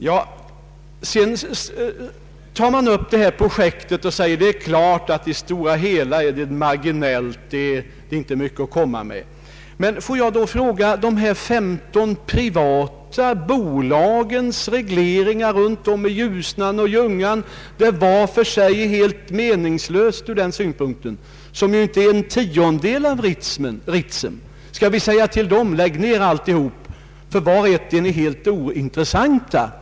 Man säger vidare att hela detta projekt endast kommer att ge ett marginellt tillskott jämfört med hela vårt kraftbehov och att det därför inte är mycket att komma med. Får jag då fråga beträffande de privata bolagens regleringar runt om i Ljusnan och Ljungan och i andra älvar, som sedda mot hela vårt kraftbehov var för sig är ganska betydelselösa och som inte ger en tiondel av Ritsem: Skall vi säga till bolagen att de skall lägga ned alltihop ty deras kraftproduktion spelar ingen roll jämfört med det stora behovet?